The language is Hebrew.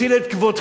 הציל את כבודכם,